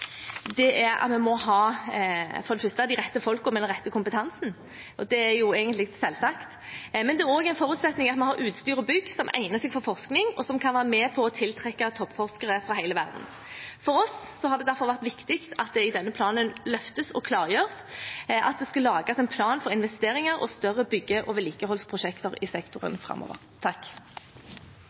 vi for det første må ha de rette folkene med den rette kompetansen, og det er egentlig selvsagt. Men det er også en forutsetning at man har utstyr og bygg som egner seg for forskning, og som kan være med på å tiltrekke toppforskere fra hele verden. For oss har det derfor vært viktig at det i denne planen løftes og klargjøres at det skal lages en plan for investeringer og større bygge- og vedlikeholdsprosjekter i sektoren framover.